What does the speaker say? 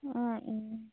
অঁ